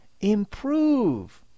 improve